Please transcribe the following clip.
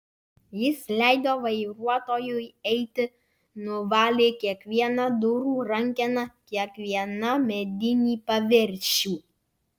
jis leido vairuotojui eiti nuvalė kiekvieną durų rankeną kiekvieną medinį paviršių